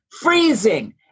freezing